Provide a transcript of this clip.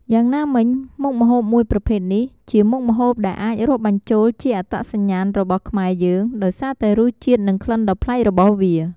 យ៉ាងណាមិញ មុខម្ហូបមួយប្រភេទនេះ ជាមុខម្ហូបដែលអាចរាប់បញ្ចូលជាអត្តសញ្ញាណរបស់ខ្មែរយើង ដោយសារតែរសជាតិ និងក្លិនដ៏ប្លែករបស់វា។